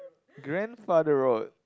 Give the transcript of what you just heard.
grandfather road